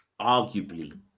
arguably